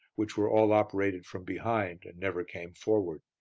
which were all operated from behind, and never came forward.